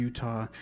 Utah